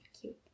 cute